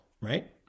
right